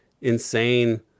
insane